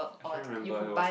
I cannot remember it was